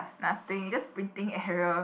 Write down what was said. nothing just printing error